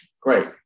great